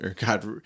God